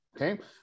okay